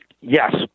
yes